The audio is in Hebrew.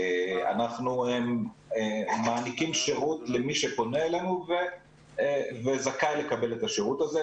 אנחנו מעניקים שירות למי שפונה אלינו וזכאי לקבל את השירות הזה,